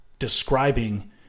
describing